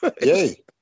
Yay